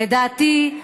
לדעתי,